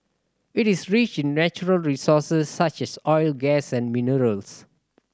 it is rich in natural resources such as oil gas and minerals